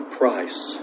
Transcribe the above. price